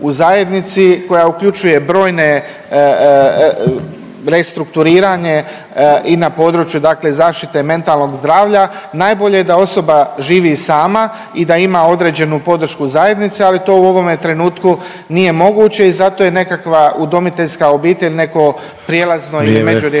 u zajednici koja uključuje brojne, restrukturiranje i na području dakle zaštite mentalnog zdravlja. Najbolje je da osoba živi sama i da ima određenu podršku zajednice ali to u ovome trenutku nije moguće i zato je nekakva udomiteljska obitelj, neko prijelazno …/Upadica